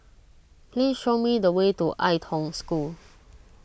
please show me the way to Ai Tong School